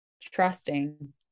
Trusting